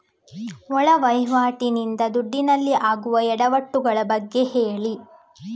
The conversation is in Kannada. ಒಳ ವಹಿವಾಟಿ ನಿಂದ ದುಡ್ಡಿನಲ್ಲಿ ಆಗುವ ಎಡವಟ್ಟು ಗಳ ಬಗ್ಗೆ ಹೇಳಿ